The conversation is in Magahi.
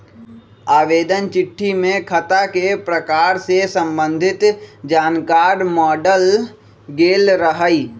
आवेदन चिट्ठी में खता के प्रकार से संबंधित जानकार माङल गेल रहइ